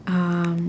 um